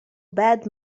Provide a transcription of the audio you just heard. bad